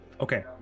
Okay